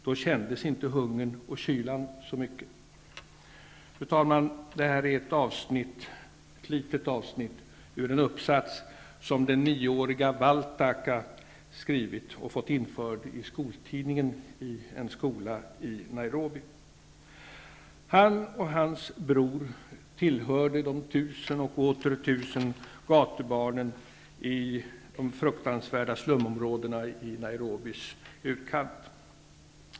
Då kändes inte hungern och kylan så mycket. Fru talman! Det här är ett litet avsnitt ur en uppsats som den nioåriga Waltaka skrivit och fått införd i skoltidningen i en skola i Nairobi. Waltaka och hans bror tillhörde de tusen och åter tusen gatubarnen i de fruktansvärda slumområdena i Nairobis utkant.